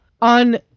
on